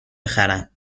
بخرم